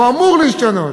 הוא אמור להשתנות,